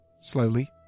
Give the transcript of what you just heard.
Slowly